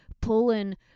pulling